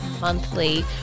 monthly